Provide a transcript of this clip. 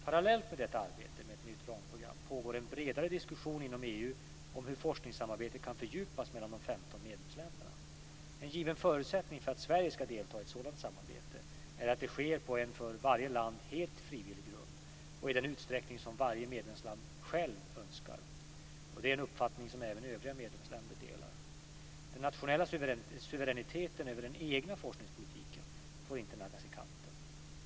Parallellt med detta arbete med ett nytt ramprogram pågår en bredare diskussion inom EU om hur forskningssamarbetet kan fördjupas mellan de 15 medlemsländerna. En given förutsättning för att Sverige ska delta i ett sådant samarbete är att det sker på en för varje land helt frivillig grund och i den utsträckning som varje medlemsland självt önskar. Det är en uppfattning som även övriga medlemsländer delar. Den nationella suveräniteten över den egna forskningspolitiken får inte naggas i kanten.